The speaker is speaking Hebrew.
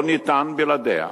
לא ניתן בלעדיה.